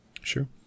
Sure